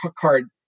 card